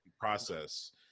process